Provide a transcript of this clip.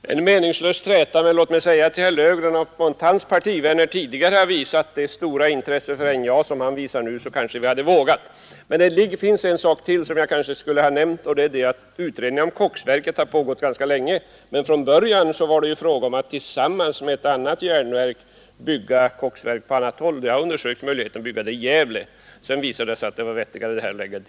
Fru talman! Det här är en meningslös träta, men låt mig säga att om herr Löfgren och hans partivänner tidigare hade visat det stora intresse för NJA som herr Löfgren visar nu kanske vi hade vågat Utredningen om koksverket har pågått ganska länge, men från början var det fråga om att tillsammans med ett annat järnverk bygga koksverk på annan plats. Möjligheten att bygga det i Gävle har undersökts, men sedan har det visat sig att det var vettigare att lägga det i Luleå.